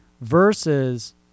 versus